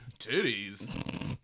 Titties